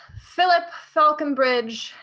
philip falconbridge,